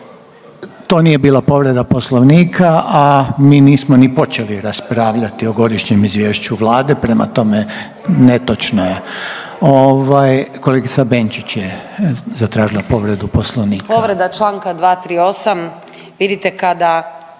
To nije bila povreda Poslovnika, a mi nismo ni počeli raspravljati o godišnjem izvješću Vlade, prema tome netočno je. Kolegica Benčić je zatražila povredu Poslovnika.